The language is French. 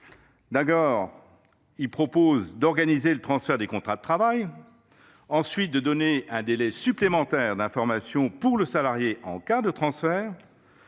d’abord, d’organiser le transfert des contrats de travail, et, ensuite, de donner un délai supplémentaire d’information pour les salariés en cas de transfert.